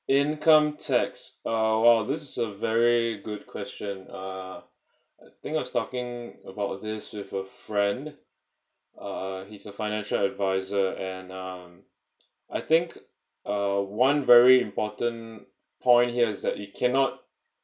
income tax uh !wow! this is a very good question uh I think I was talking about this with a friend uh he's a financial advisor and um I think uh one very important point here is that you cannot